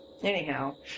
Anyhow